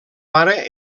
pare